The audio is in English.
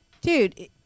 dude